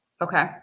Okay